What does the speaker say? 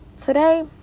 today